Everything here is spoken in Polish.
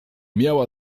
miała